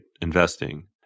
investing